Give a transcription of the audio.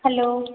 hello